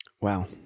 wow